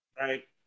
right